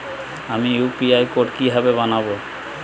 আমি UPI code কিভাবে বানাব?